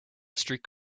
streak